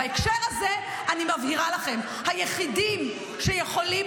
בהקשר הזה אני מבהירה לכם: היחידים שיכולים